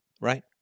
right